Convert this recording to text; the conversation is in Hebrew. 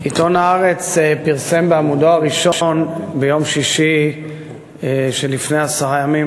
עיתון "הארץ" פרסם בעמודו הראשון ביום שישי שלפני עשרה ימים,